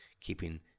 keeping